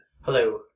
Hello